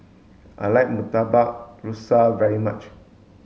I like Murtabak Rusa very much